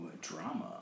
drama